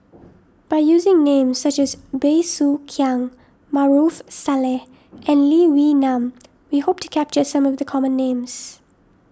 by using names such as Bey Soo Khiang Maarof Salleh and Lee Wee Nam we hope to capture some of the common names